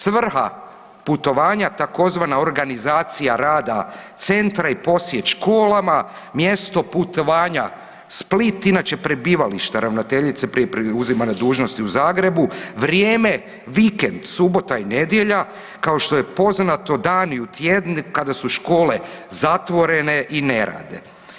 Svrha putovanja tzv. organizacija rada centra i posjet školama, mjesto putovanja Split, inače prebivalište ravnateljice prije preuzimanja dužnosti u Zagrebu, vrijeme vikend subota i nedjelja, kao što je poznato dani u tjednu kada su škole zatvorene i ne rade.